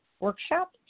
workshop